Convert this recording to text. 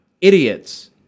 idiots